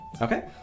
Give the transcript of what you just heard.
Okay